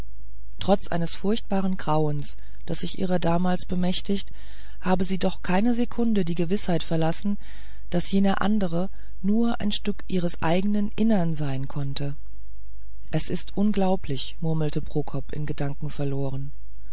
trotz eines furchtbaren grauens das sich ihrer damals bemächtigt habe sie doch keine sekunde die gewißheit verlassen daß jener andere nur ein stück ihres eignen innern sein konnte es ist unglaublich murmelte prokop in gedanken verloren